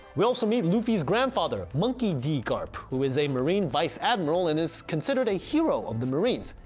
we also meet luffy's grandfather, monkey d. garp who is a marine vice admiral and is considered a hero of the marines.